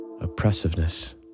oppressiveness